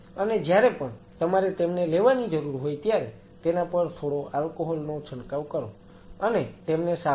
અને જ્યારે પણ તમારે તેમને લેવાની જરૂર હોય ત્યારે તેના પર થોડો આલ્કોહોલ નો છંટકાવ કરો અને તેમને સાફ કરો